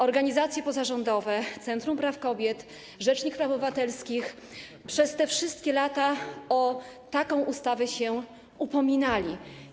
Organizacje pozarządowe, Centrum Praw Kobiet, rzecznik praw obywatelskich przez te wszystkie lata o taką ustawę się upominali.